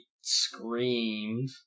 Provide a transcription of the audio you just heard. screamed